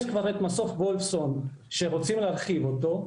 יש כבר את מסוף וולפסון שרוצים להרחיב אותו,